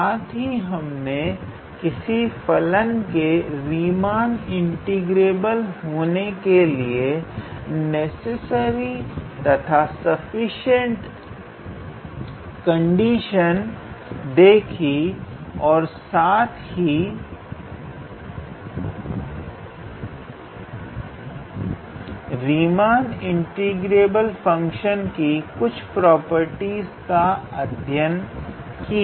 साथ ही हमने किसी फलन के रीमान इंटीग्रेबल होने के लिए नेसेसरी तथा सफिशिएंट कंडीशन देखी और साथ ही रीमान इंटीग्रेबल फंक्शन की कुछ प्रॉपर्टीस का अध्ययन किया